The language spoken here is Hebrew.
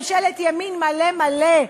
בוא נראה אתכם, ממשלת ימין מלא מלא.